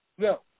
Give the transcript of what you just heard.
No